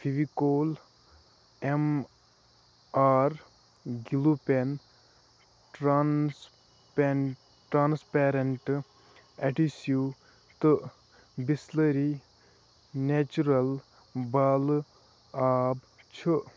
Fevicol M R glue pen ٹرٛانسپٮ۪ن transparent adhesive تہٕ بِسلٔرینیچرَل بالہٕ آب چھُ